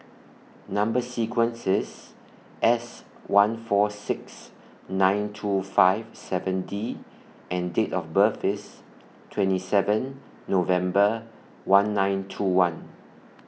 Number sequence IS S one four six nine two five seven D and Date of birth IS twenty seven November one nine two one